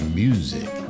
music